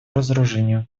разоружению